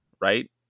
right